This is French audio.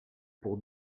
pour